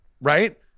right